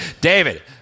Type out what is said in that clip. David